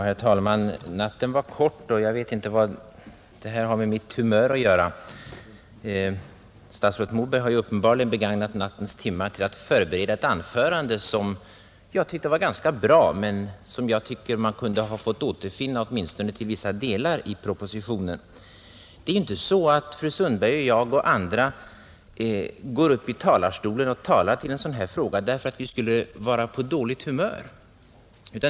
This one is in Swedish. Herr talman! Natten var kort, men jag vet inte vad det har med mitt humör att göra. Statsrådet Moberg har uppenbarligen begagnat nattens timmar till att förbereda ett anförande, som jag tyckte var ganska bra men som man borde ha fått återfinna, åtminstone till vissa deltar, i propositionen. Det är inte så att fru Sundberg och jag och andra går upp i talarstolen i en sådan här fråga därför att vi skulle vara på dåligt humör.